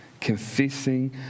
confessing